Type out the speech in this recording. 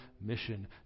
mission